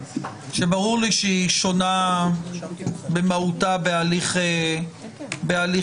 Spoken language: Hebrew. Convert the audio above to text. שברור לי שהיא שונה במהותה בהליך קהילתי.